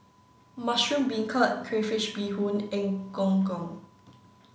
mushroom beancurd crayfish beehoon and Gong Gong